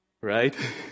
Right